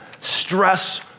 stress